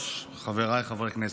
חבריי חברי הכנסת,